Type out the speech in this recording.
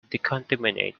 decontaminate